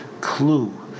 clue